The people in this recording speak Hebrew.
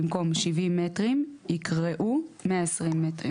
במקום "70 מטרים" יקראו "120 מטרים",